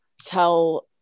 tell